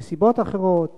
ונסיבות אחרות.